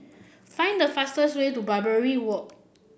find the fastest way to Barbary Walk